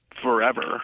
forever